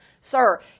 Sir